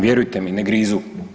Vjerujte mi, ne grizu.